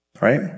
Right